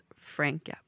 Frank